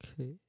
okay